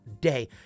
day